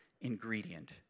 ingredient